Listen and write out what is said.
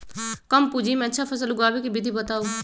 कम पूंजी में अच्छा फसल उगाबे के विधि बताउ?